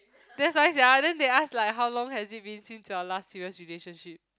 that's why sia then they ask like how long has it been since your last serious relationship